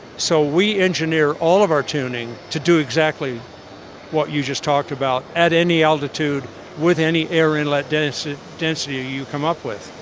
so we engineer all of our tuning to do exactly what you just talked about at any altitude with any air inlet density density ah you come up with.